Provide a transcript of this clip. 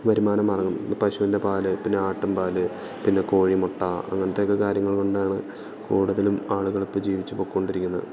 വരുമാന മാർഗം പശുവിൻ്റെ പാല് പിന്നെ ആട്ടുംപാൽ പിന്നെ കോഴിമുട്ട അങ്ങനെത്തെയൊക്കെ കാര്യങ്ങൾ കൊണ്ടാണ് കൂടുതലും ആളുകളിപ്പോൾ ജീവിച്ചു പോയിക്കൊണ്ടിരിക്കുന്നത്